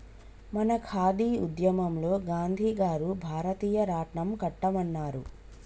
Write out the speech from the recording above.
మన ఖాదీ ఉద్యమంలో గాంధీ గారు భారతీయ రాట్నం కట్టమన్నారు